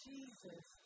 Jesus